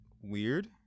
weird